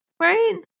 Right